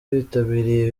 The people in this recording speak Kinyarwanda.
bitabiriye